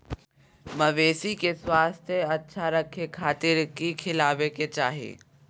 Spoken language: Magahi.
मवेसी के स्वास्थ्य अच्छा रखे खातिर की खिलावे के चाही?